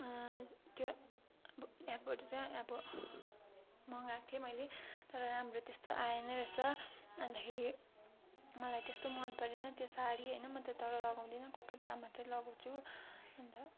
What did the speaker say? त्यो ब एपबाट चाहिँ अब मगाएको थिएँ मैले तर राम्रो त्यस्तो आएन रहेछ अन्तखेरि मलाई त्यस्तो मन परेन त्यो साडी होइन म त तर लगाउँदिनँ कोही कोही बेला मात्रै लगाउँछु अन्त